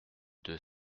deux